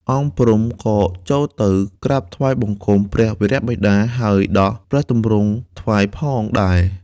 អង្គព្រំ ក៏ចូលទៅក្រាបថ្វាយបង្គំព្រះវរបិតា ហើយដោះព្រះទម្រង់ថ្វាយផងដែរ។